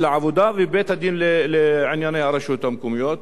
לעבודה ובבית-הדין לענייני הרשויות המקומיות,